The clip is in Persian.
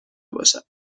باشد